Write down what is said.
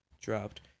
dropped